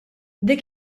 dik